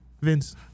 Vince